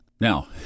Now